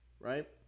right